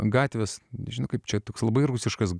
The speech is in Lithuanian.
gatvės žinau kaip čia toks labai rusiškas